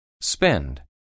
Spend